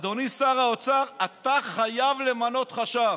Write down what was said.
אדוני שר האוצר, אתה חייב למנות חשב.